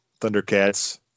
Thundercats